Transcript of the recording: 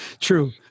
True